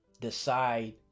decide